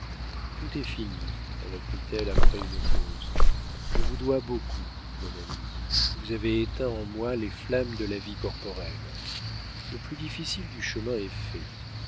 tout est fini reprit-elle après une pause je vous dois beaucoup mon ami vous avez éteint en moi les flammes de la vie corporelle le plus difficile du chemin est fait